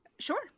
Sure